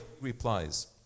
replies